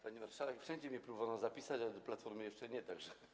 Pani marszałek, wszędzie mnie próbowano zapisać, ale do Platformy jeszcze nie, tak że.